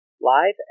live